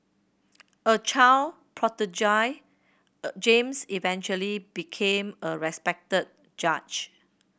a child prodigy James eventually became a respected judge